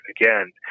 again